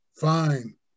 fine